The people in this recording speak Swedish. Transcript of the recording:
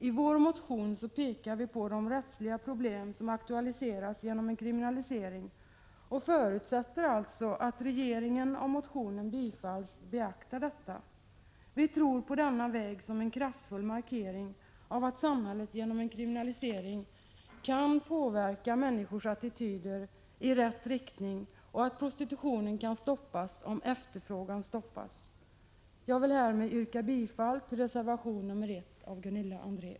I vår motion pekar vi på de rättsliga problem som aktualiseras genom en kriminalisering och förutsätter att regeringen, om motionen bifalls, beaktar detta. Vi tror på denna väg som en kraftfull markering av att samhället genom en kriminalisering kan påverka människors attityder i rätt riktning och att prostitutionen kan stoppas om efterfrågan stoppas. Jag vill härmed yrka bifall till reservation nr 1 av Gunilla André.